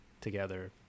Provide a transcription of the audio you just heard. together